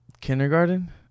Kindergarten